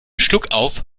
schluckauf